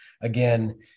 again